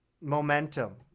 momentum